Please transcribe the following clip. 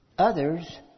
Others